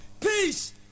peace